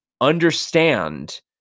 understand